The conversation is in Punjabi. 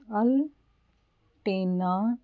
ਅਲਟੀਨਾ